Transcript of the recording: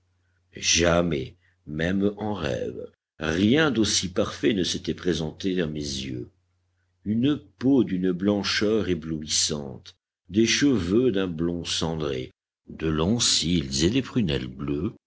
jamais même en rêve rien d'aussi parfait ne s'était présenté à mes yeux une peau d'une blancheur éblouissante des cheveux d'un blond cendré de longs cils et des prunelles bleues